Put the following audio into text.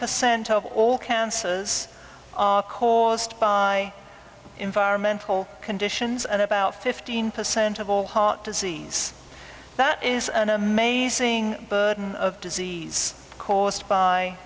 percent of all cancers are caused by environmental conditions and about fifteen percent of all heart disease that is an amazing burden of disease c